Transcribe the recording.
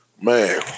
Man